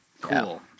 Cool